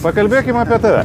pakalbėkim apie tave